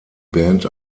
band